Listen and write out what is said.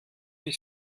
die